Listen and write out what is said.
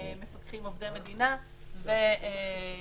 מפקחים עובדי מדינה ומפקחים